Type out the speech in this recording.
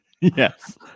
Yes